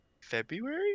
February